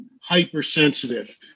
hypersensitive